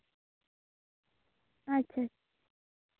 ᱟᱪᱪᱷᱟ